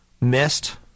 missed